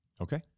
Okay